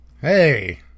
Hey